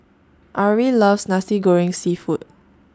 Arie loves Nasi Goreng Seafood